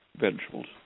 vegetables